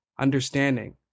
understanding